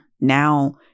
now